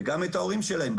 וגם לשחרר את ההורים שלהם למשק,